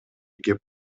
кеп